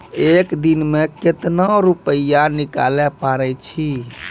एक दिन मे केतना रुपैया निकाले पारै छी?